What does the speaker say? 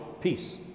Peace